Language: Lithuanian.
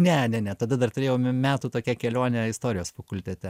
ne nene tada dar turėjau metų tokią kelionę istorijos fakultete